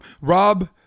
Rob